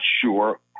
sure